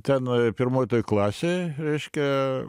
ten pirmoj toj klasėj reiškia